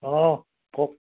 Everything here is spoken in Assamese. অঁ কওক